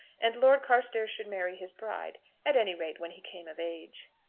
and lord carstairs should marry his bride at any rate when he came of age.